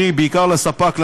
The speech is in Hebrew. בעיקר לספ"כ,